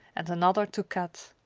and another to kat.